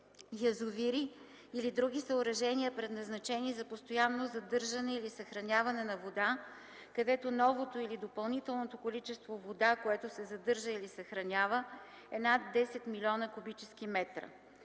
Язовири или други съоръжения, предназначени за постоянно задържане или съхраняване на вода, където новото или допълнителното количество вода, което се задържа или съхранява, е над 10 млн. куб. м.